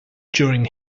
during